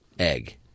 egg